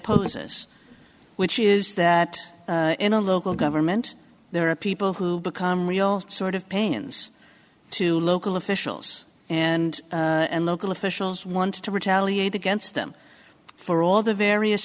poses which is that in a local government there are people who become real sort of pains to local officials and local officials wanted to retaliate against them for all the various